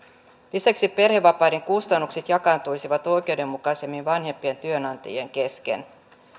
lisäksi perhevapaiden kustannukset jakaantuisivat oikeudenmukaisemmin vanhempien työnantajien kesken